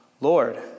Lord